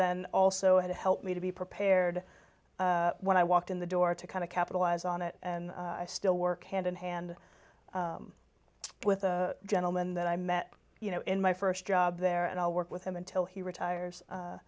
then also it helped me to be prepared when i walked in the door to kind of capitalize on it and i still work hand in hand with a gentleman that i met you know in my st job there and i'll work with him until he retires